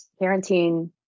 parenting